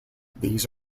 these